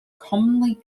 commonly